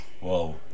Whoa